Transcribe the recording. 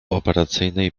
operacyjnej